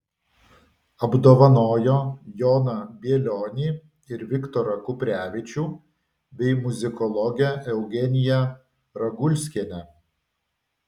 apdovanojo joną bielionį ir viktorą kuprevičių bei muzikologę eugeniją ragulskienę